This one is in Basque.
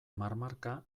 marmarka